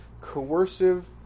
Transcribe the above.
coercive